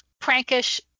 prankish